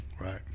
Right